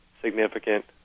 significant